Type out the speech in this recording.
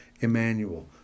Emmanuel